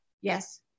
Yes